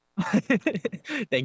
thank